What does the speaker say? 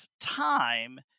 time